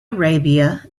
arabia